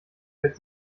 fällt